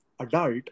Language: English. adult